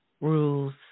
Rules